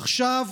עכשיו